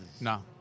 No